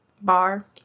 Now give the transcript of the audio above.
bar